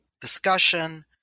discussion